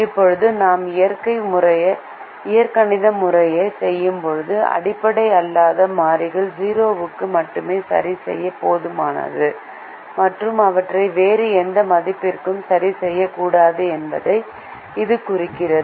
இப்போது நாம் இயற்கணித முறையைச் செய்யும்போது அடிப்படை அல்லாத மாறிகள் 0 க்கு மட்டுமே சரிசெய்ய போதுமானது மற்றும் அவற்றை வேறு எந்த மதிப்பிற்கும் சரிசெய்யக்கூடாது என்பதை இது குறிக்கிறது